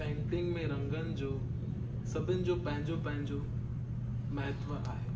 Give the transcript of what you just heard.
painting में रंगनि जो सभिनी पंहिंजो पंहिंजो महत्वु आहे